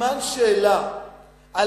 סימן שאלה על